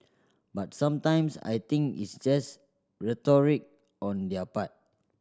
but sometimes I think it's just rhetoric on their